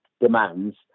demands